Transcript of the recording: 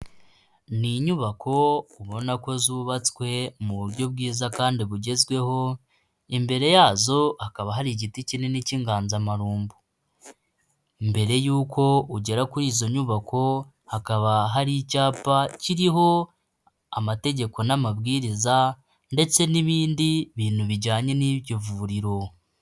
Ni inyubako ubona ko zubatswe mu buryo bwiza kandi bugezweho, imbere yazo hakaba hari igiti kinini cy'inganzamarumbo. Mbere y'uko ugera kuri izo nyubako hakaba hari icyapa kiriho amategeko n'amabwiriza ndetse n'ibindi bintu bijyanye n'iryo vuriro.